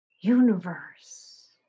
universe